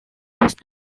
was